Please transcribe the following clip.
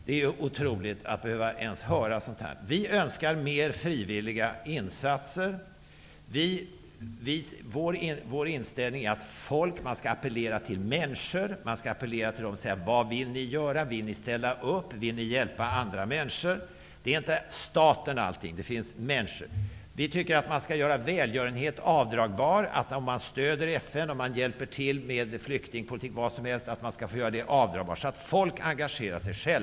Det är otroligt att ens behöva höra något sådant. Vi i Ny demokrati önskar ha mer frivilliga insatser. Vår inställning är att man skall appellera till människor. Man skall fråga dem vad de vill göra. Vill de ställa upp? Vi tycker att välgörenhet skall vara avdragbar. Om någon stöder FN, hjälper till med flyktingpolitik eller vad som helst, skall det vara avdragbart. Folk skall själva engagera sig.